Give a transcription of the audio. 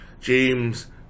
James